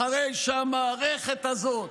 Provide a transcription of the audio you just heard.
אחרי שהמערכת הזאת,